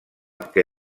que